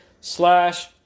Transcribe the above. slash